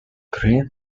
green